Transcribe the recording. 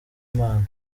imana